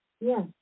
Yes